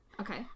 Okay